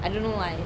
I don't know why